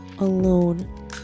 alone